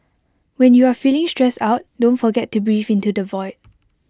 when you are feeling stressed out don't forget to breathe into the void